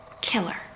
Killer